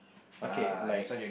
okay like